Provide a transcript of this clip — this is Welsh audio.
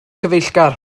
cyfeillgar